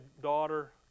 daughter